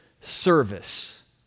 service